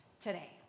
today